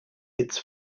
its